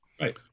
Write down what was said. Right